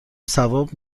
ثواب